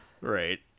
Right